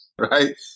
right